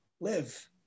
live